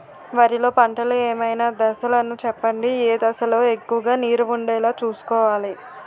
వరిలో పంటలు ఏమైన దశ లను చెప్పండి? ఏ దశ లొ ఎక్కువుగా నీరు వుండేలా చుస్కోవలి?